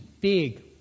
big